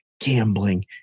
gambling